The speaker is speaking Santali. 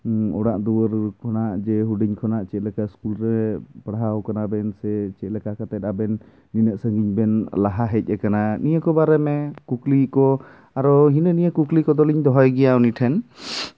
ᱚᱲᱟᱜ ᱫᱩᱣᱟᱹᱨ ᱠᱷᱚᱱᱟᱜ ᱡᱮ ᱦᱩᱰᱤᱧ ᱠᱷᱚᱱᱟᱜ ᱪᱮᱫ ᱞᱮᱠᱟ ᱥᱠᱩᱞ ᱨᱮ ᱯᱟᱲᱦᱟᱣ ᱠᱟᱱᱟ ᱵᱮᱱ ᱥᱮ ᱪᱮᱫ ᱞᱮᱠᱟ ᱠᱟᱛᱮᱜ ᱟᱵᱮᱱ ᱱᱤᱱᱟᱹᱜ ᱥᱟᱺᱜᱤᱧ ᱵᱮᱱ ᱞᱟᱦᱟ ᱦᱮᱡ ᱟᱠᱟᱱᱟ ᱱᱤᱭᱟᱹ ᱠᱚ ᱵᱟᱨᱮᱛᱮ ᱠᱩᱠᱞᱤ ᱠᱚ ᱟᱨᱚ ᱦᱤᱱᱟᱹ ᱱᱤᱭᱟᱹ ᱠᱩᱠᱞᱤ ᱠᱚᱫᱚ ᱞᱤᱧ ᱫᱚᱦᱚᱭ ᱜᱮᱭᱟ ᱩᱱᱤ ᱴᱷᱮᱱ